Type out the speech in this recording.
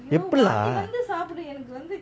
எப்பிடிலா:epidila